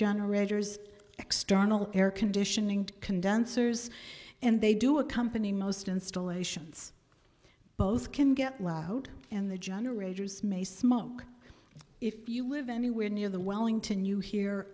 generators external air conditioning condensers and they do a company most installations both can get loud and the generators may smoke if you live anywhere near the wellington you he